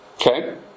Okay